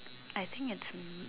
I think it's